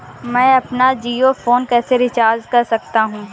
मैं अपना जियो फोन कैसे रिचार्ज कर सकता हूँ?